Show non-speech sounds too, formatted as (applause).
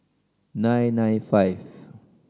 nine nine (noise) five